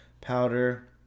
Powder